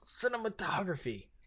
cinematography